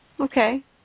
Okay